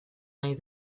nahi